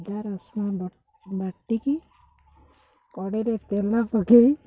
ଅଦା ରସୁଣ ବାଟିକି କଡ଼େଇରେ ତେଲ ପକେଇ